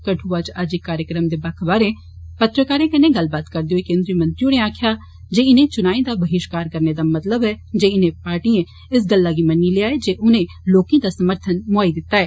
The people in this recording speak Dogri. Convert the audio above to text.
कठुआ च अज्ज इक कार्यक्रम दे बक्ख बाहरें पत्रकारें कन्नै गल्लबात करदे होई केन्द्रीय मंत्री होरें आक्खेआ इनें चुनाएं दा बहिष्कार करने दा मतलब ऐ जे इनें पार्टियें इस गल्ला गी मन्नी लेया ऐ जे उनें लोकें दा समर्थन मुहाई दित्ते दा ऐ